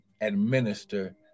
administer